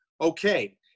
okay